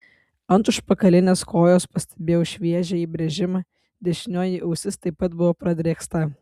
ant užpakalinės kojos pastebėjau šviežią įbrėžimą dešinioji ausis taip pat buvo pradrėksta